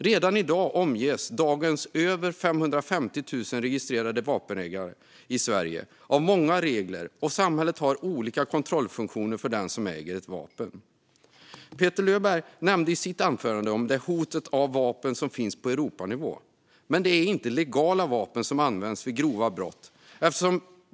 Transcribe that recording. Redan i dag omges dagens över 550 000 registrerade vapenägare i Sverige av många regler, och samhället har olika kontrollfunktioner för den som äger ett vapen. Petter Löberg nämnde i sitt anförande vapenhotet som finns på Europanivå. Men det är inte legala vapen som används vid grova brott.